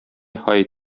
һай